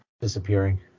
disappearing